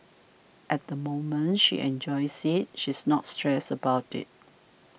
at the moment she enjoys it she's not stressed about it